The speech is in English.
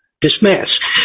dismiss